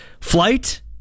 flight